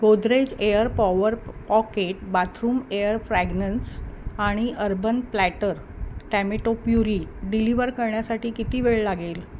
Godrej air power pocket bathroom air fragrance आणि urban platter tomato puree deliver करण्यासाठी किती वेळ लागेल